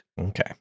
Okay